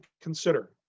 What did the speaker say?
consider